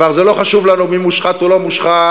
כבר לא חשוב לנו מי מושחת או לא מושחת,